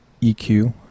EQ